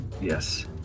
Yes